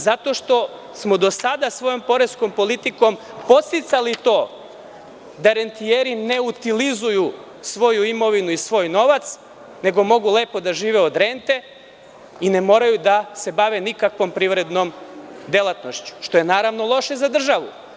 Zato što smo do sada svojom poreskom politikom podsticali to da rentijeri „neutilizuju“ svoju imovinu i svoj novac, nego mogu lepo da žive od rente, ne moraju da se bave nikakvom privrednom delatnošću, što je loše za državu.